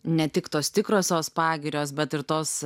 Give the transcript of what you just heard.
ne tik tos tikrosios pagirios bet ir tos